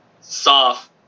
soft